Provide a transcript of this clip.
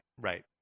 right